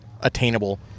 attainable